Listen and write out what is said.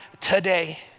today